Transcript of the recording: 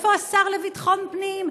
איפה השר לביטחון הפנים,